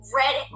red